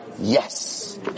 yes